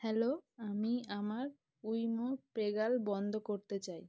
hello আমি আমার উইমো পেগাল বন্ধ করতে চাই